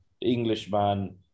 Englishman